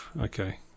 okay